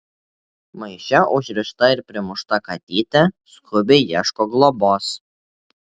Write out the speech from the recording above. maiše užrišta ir primušta katytė skubiai ieško globos